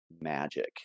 magic